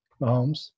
Mahomes